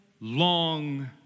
long